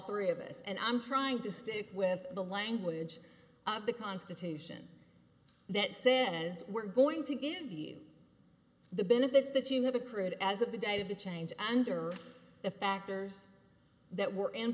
three of us and i'm trying to stick with the language of the constitution that says we're going to give you the benefits that you have accrued as of the date of the change and are the factors that were in